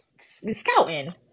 scouting